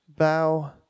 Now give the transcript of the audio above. bow